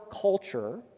culture